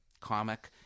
comic